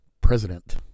President